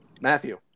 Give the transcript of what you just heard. Matthew